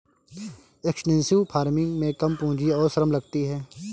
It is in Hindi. एक्सटेंसिव फार्मिंग में कम पूंजी और श्रम लगती है